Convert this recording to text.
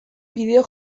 bideo